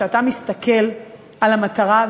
כשאתה מסתכל על המטרה,